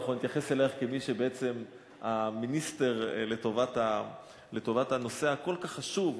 אני זוכר שהיתה הצעה לאבי להמשיך לעבוד אחרי גיל 65 בחצי משרה,